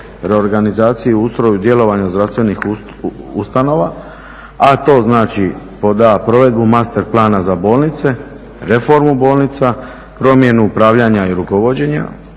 reorganizaciji, ustroju i djelovanju zdravstvenih ustanova. A to znači pod a) provedbu master plana za bolnice, reformu bolnica, promjenu upravljanja i rukovođenje,